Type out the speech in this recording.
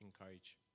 encourage